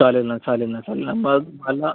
चालेल ना चालेल ना चालेल ना मग मला